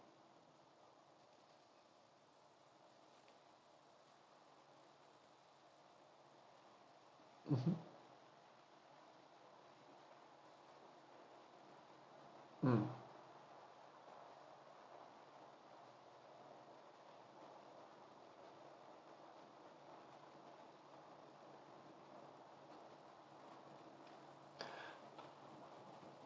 mmhmm mm